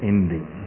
Ending